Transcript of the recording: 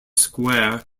square